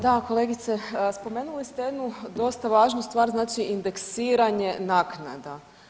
Da, kolegice, spomenuli ste jednu dosta važnu stvar, znači indeksiranje naknada.